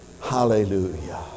Hallelujah